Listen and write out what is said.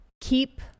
keep